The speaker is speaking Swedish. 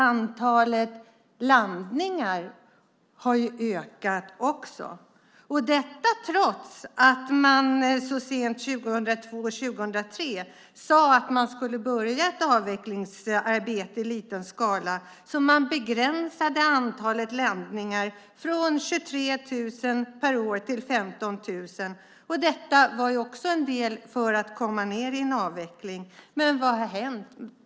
Antalet landningar har också ökat, trots att man så sent som 2002/03 sade att man skulle börja ett avvecklingsarbete i liten skala, så att man begränsade antalet landningar från 23 000 per år till 15 000. Detta var ett steg mot avveckling. Men vad har hänt?